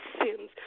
sins